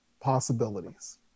possibilities